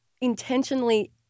intentionally